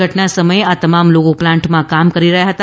ઘટના સમયે આ તમામ લોકો પ્લાન્ટમાં કામ કરી રહ્યા હતા